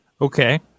okay